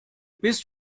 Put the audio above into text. bist